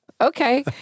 Okay